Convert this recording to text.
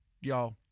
Y'all